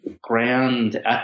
grand